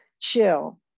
chill